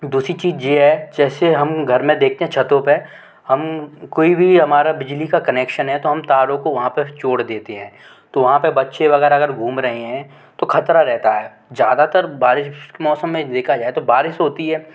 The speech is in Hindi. दूसरी चीज़ ये है जैसे हम घर में देखते हैं छतों पर हम कोई भी हमारा बिजली का कनेक्शन है तो हम तारों को वहाँ पर जोड़ देते हैं तो वहाँ पर बच्चे वग़ैरह अगर घूम रहे हैं तो ख़तरा रहता है ज़्यादातर बारिश के मौसम में देका जाए तो बारिश होती है